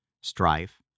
strife